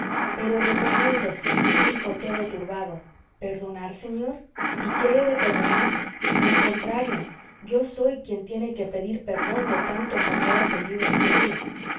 pero reponiéndose dijo todo turbado perdonar señor y de qué he de perdonar al contrario yo soy quien tiene que pedir perdón de tanto como he ofendido al pueblo